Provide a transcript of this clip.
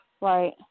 Right